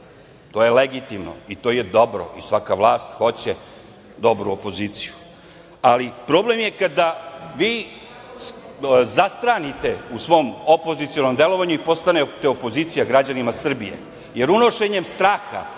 to je legitimno i to je dobro. Svaka vlast hoće dobru opoziciju, ali problem je kada vi zastranite u svom opozicionom delovanju i postanete opozicija građanima Srbije, jer unošenjem straha,